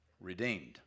redeemed